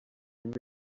nyuma